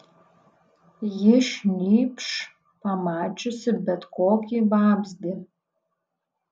ji šnypš pamačiusi bet kokį vabzdį